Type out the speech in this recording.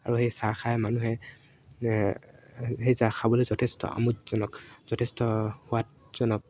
আৰু সেই চাহ খায় মানুহে সেই চাহ খাবলৈ যথেষ্ট আমোদজনক যথেষ্ট সোৱাদজনক